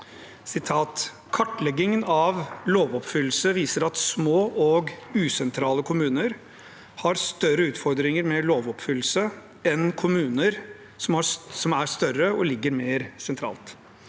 «Kartleggingen av lovoppfyllelse viser at små og usentrale kommuner har større utfordringer med lovoppfyllelse enn kommuner som er større og ligger mer sentralt.